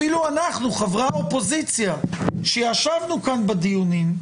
אפילו אנחנו חברי האופוזיציה שישנו כאן בדיונים,